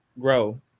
grow